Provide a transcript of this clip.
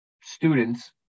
students